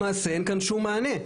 למעשה, אין כאן שום מענה,